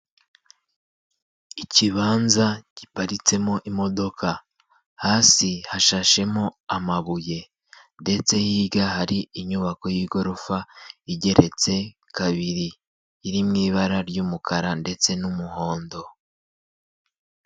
Ikibanza giparitsemo imodoka hasi hashashemo amabuye ndetse hirya hari inyubako y'igorofa igeretse kabiri iri mu ibara ry'umukara ndetse n'umuhondo.